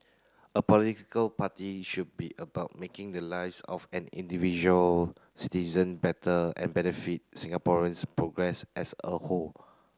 a political party should be about making the lives of an individual citizen better and benefit Singaporeans progress as a whole